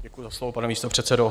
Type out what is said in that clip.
Děkuji za slovo, pane místopředsedo.